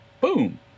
boom